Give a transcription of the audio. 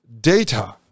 data